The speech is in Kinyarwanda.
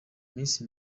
miss